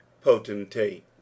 potentate